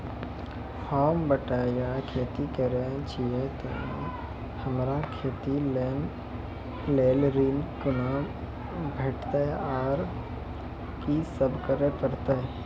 होम बटैया खेती करै छियै तऽ हमरा खेती लेल ऋण कुना भेंटते, आर कि सब करें परतै?